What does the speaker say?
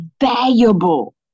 valuable